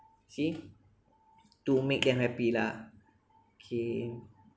see to make them happy lah okay